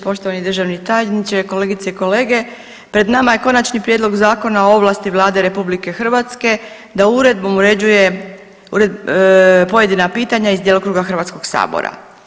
Poštovani državni tajniče, kolegice i kolege, pred nama je Konačni prijedlog Zakona o ovlasti Vlade RH da uredbom uređuje pojedina pitanja iz djelokruga Hrvatskog sabora.